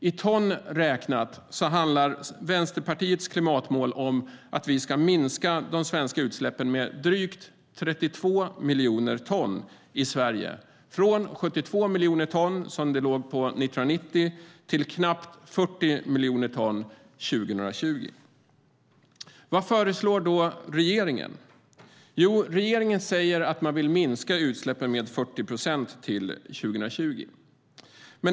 I ton räknat handlar Vänsterpartiets klimatmål om att vi ska minska utsläppen i Sverige med drygt 32 miljoner ton, från 72 miljoner ton, som det låg på 1990, till knappt 40 miljoner ton 2020. Vad föreslår då regeringen? Jo, regeringen säger att man vill minska utsläppen med 40 procent till 2020.